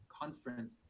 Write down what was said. conference